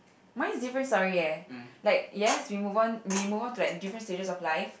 mine is different story eh like yes we move on we move on to like different stages of life